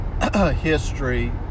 history